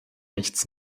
nichts